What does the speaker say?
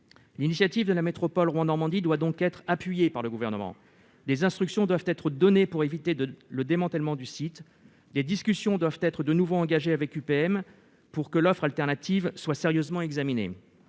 L'initiative de la métropole Rouen Normandie doit donc être appuyée par le Gouvernement. Des instructions doivent être données pour éviter le démantèlement du site. Des discussions doivent être de nouveau engagées avec UPM pour que l'offre alternative soit sérieusement examinée.